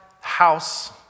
house